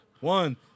One